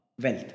wealth